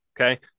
Okay